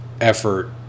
effort